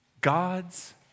God's